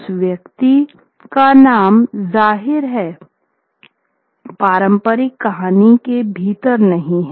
उस व्यक्ति का नाम जाहिर है पारंपरिक कहानी के भीतर नहीं है